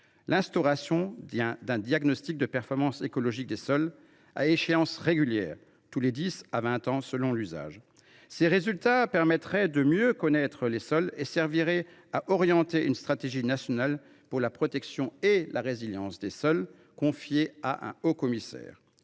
l’instauration d’un diagnostic de performance écologique des sols à échéances régulières, tous les dix à vingt ans, selon l’usage des sols. Ses résultats permettraient de mieux connaître les sols et serviraient à orienter une stratégie nationale pour la protection et la résilience des sols, confiée à un haut commissaire.